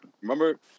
Remember